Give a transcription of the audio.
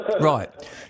Right